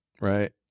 right